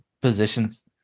positions